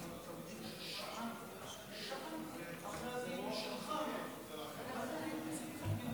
כל ישראלי שקם הבוקר ופתח חדשות התרגש לשמוע